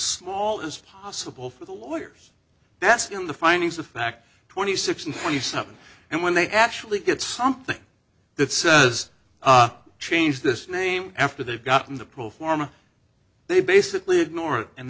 small as possible for the lawyers that's in the findings of fact twenty six and twenty something and when they actually get something that says change this name after they've gotten the pro forma they basically ignore it and